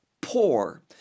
poor